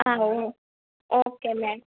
ఆ అవును okay ma'am